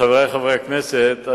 חברי חברי הכנסת,